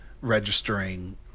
registering